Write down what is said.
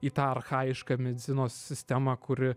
į tą archajišką medicinos sistemą kuri